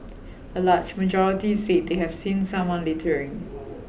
a large majority said they have seen someone littering